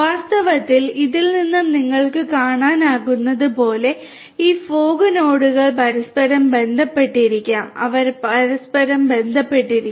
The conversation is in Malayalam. വാസ്തവത്തിൽ ഇതിൽ നിന്നും നിങ്ങൾക്ക് കാണാനാകുന്നതുപോലെ ഈ ഫോഗ് നോഡുകൾ പരസ്പരം ബന്ധപ്പെട്ടിരിക്കാം അവ പരസ്പരം ബന്ധപ്പെട്ടിരിക്കാം